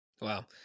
Wow